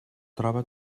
troba